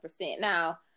Now